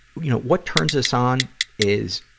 you know, what turns us on is,